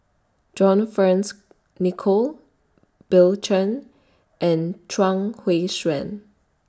John Fearns Nicoll Bill Chen and Chuang Hui Tsuan